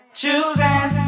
choosing